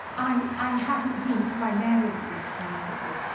i i haven't been primarily responsible.